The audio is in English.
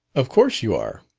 of course you are.